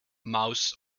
mouse